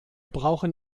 brauchen